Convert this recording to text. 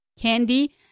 candy